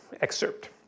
excerpt